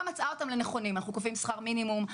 מצאה אותם כנכונים: אנחנו כופים שכר מינימום,